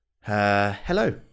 Hello